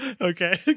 Okay